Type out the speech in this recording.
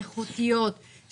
איכותיות,